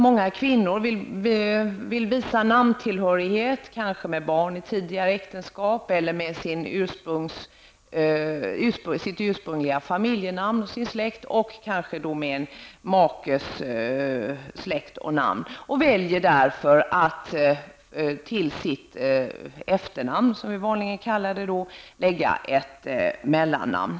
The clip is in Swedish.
Många kvinnor vill kanske visa namntillhörigheten med barn i tidigare äktenskap, med sitt ursprungliga familjenamn och sin släkt och kanske med en makes släkt och namn. De väljer därför att till sitt efternamn, som vi vanligen kallar det, lägga ett mellannamn.